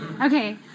Okay